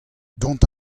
dont